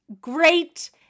Great